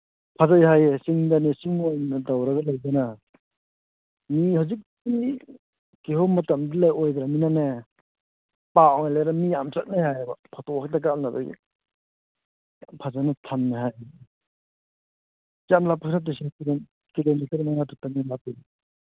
ꯐꯖꯩ ꯍꯥꯏꯌꯦ ꯆꯤꯡꯗꯅꯦ ꯆꯤꯡ ꯑꯣꯏꯅ ꯇꯧꯔꯒ ꯂꯩꯗꯅ ꯃꯤ ꯍꯧꯖꯤꯛꯇꯤ ꯀꯤꯍꯣꯝ ꯃꯇꯁꯨ ꯑꯣꯏꯒ꯭ꯔꯝꯅꯤꯅꯅꯦ ꯃꯤ ꯌꯥꯝ ꯆꯠꯅꯩ ꯍꯥꯏꯌꯦꯕ ꯐꯣꯇꯣ ꯈꯛꯇꯪ ꯀꯥꯞꯅꯕꯒꯤ ꯌꯥꯝ ꯐꯖꯅ ꯊꯝꯃꯦ ꯍꯥꯏꯕꯅꯤ ꯌꯥꯝ ꯂꯥꯞꯄ ꯅꯠꯇꯦꯁꯦ ꯀꯤꯂꯣꯃꯤꯇꯔ ꯃꯉꯥ ꯇꯔꯨꯛꯇꯪꯅꯤ ꯂꯥꯞꯄꯤꯁꯤ